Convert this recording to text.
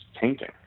painting